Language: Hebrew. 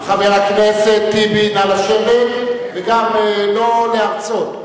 חבר הכנסת טיבי, נא לשבת, וגם לא להרצות.